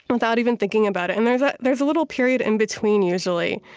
and without even thinking about it. and there's ah there's a little period in between, usually,